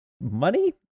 money